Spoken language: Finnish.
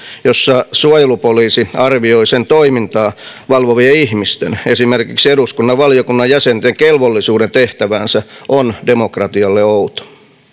jossa suojelupoliisi arvioi sen toimintaa valvovien ihmisten esimerkiksi eduskunnan valiokunnan jäsenten kelvollisuuden tehtäväänsä on demokratialle outo